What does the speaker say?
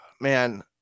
man